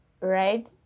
right